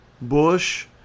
Bush